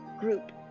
group